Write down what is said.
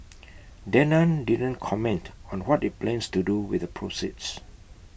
Danone didn't comment on what IT plans to do with the proceeds